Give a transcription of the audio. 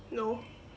no